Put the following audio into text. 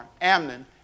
Amnon